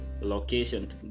location